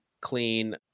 clean